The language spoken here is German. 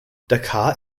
dakar